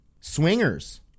Swingers